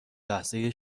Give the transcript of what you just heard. لحظه